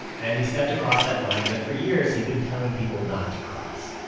and he stepped across that line that for years he'd been telling people not to cross.